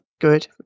good